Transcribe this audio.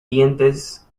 dientes